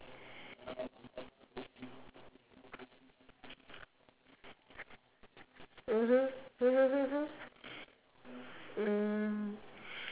mmhmm